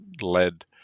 led